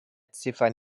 ziffern